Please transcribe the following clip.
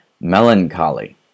Melancholy